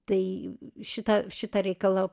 tai šitą šitą reikalą